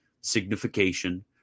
signification